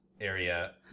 area